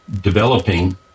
developing